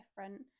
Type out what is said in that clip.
different